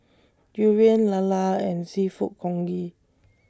Durian Lala and Seafood Congee